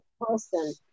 person